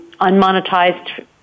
unmonetized